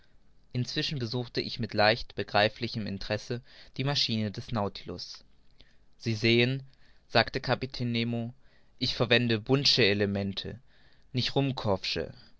inzwischen besuchte ich mit leicht begreiflichem interesse die maschine des nautilus sie sehen sagte kapitän nemo ich verwende bunsen'sche elemente